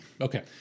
Okay